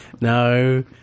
no